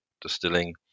distilling